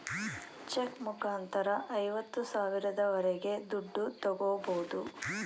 check ಮುಖಾಂತರ ಐವತ್ತು ಸಾವಿರದವರೆಗೆ ದುಡ್ಡು ತಾಗೋಬೋದು